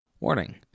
Warning